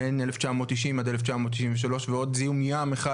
בין 1990-1993 ועוד זיהום ים אחד,